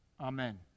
Amen